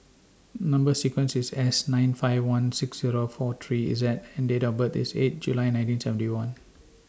Number sequence IS S nine five one six Zero four three Z and Date of birth IS eight July nineteen seventy one